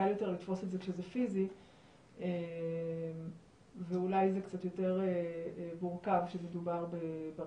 קל יותר לתפוס את זה כשזה פיזי ואולי זה קצת יותר מורכב כשמדובר ברשת.